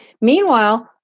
Meanwhile